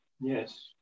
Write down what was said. Yes